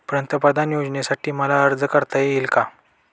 पंतप्रधान योजनेसाठी मला अर्ज करता येईल का?